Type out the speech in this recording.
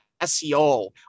SEO